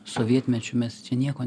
sovietmečiu mes čia nieko